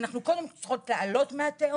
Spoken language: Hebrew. אנחנו קודם כל צריכות תעלות מהתהום,